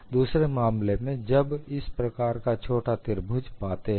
दूसरे मामले में जब इस प्रकार का छोटा त्रिभुज पाते हैं